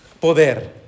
poder